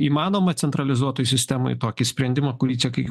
įmanoma centralizuotoj sistemoj tokį sprendimą kurį čia kai